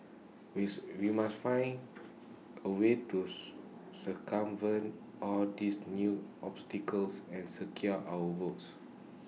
we must finding A way to circumvent all these new obstacles and secure our votes